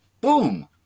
boom